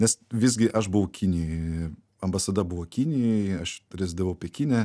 nes visgi aš buvau kinijoj ambasada buvo kinijoj aš rezidavau pekine